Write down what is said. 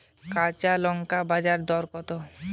কাঁচা লঙ্কার বাজার দর কত?